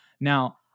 Now